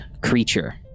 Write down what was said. creature